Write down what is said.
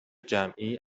جمعی